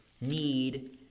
need